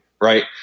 right